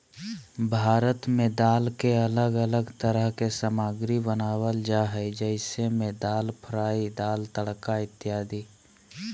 भारत में दाल के अलग अलग तरह के सामग्री बनावल जा हइ जैसे में दाल फ्राई, दाल तड़का इत्यादि